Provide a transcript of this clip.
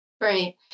Right